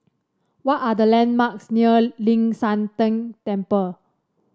what are the landmarks near Ling San Teng Temple